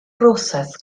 broses